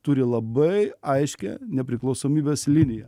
turi labai aiškią nepriklausomybės liniją